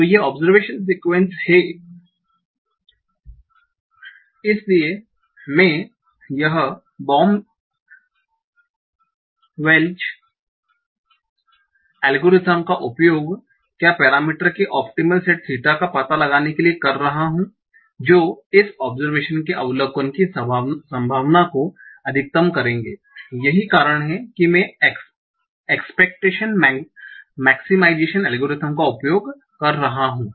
तो ये observation sequence है इसलिए मैं यह बॉम वेल्च एल्गोरिथ्म का उपयोग क्या पेरामीटर के ओप्टिमल सेट थीटा का पता लगाने के लिए कर रहा हूं जो इस ओबसरवेशन के अवलोकन की संभावना को अधिकतम करेंगे यही कारण है कि मैं एक्स्पेक्टैशन मैक्सिमिज़ैशन एल्गोरिथ्म का उपयोग कर रहा हूं